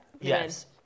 Yes